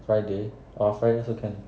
friday orh friday also can